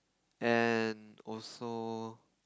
and also